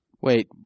Wait